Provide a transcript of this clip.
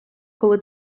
коли